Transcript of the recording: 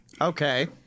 Okay